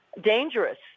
dangerous